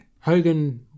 Hogan